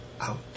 out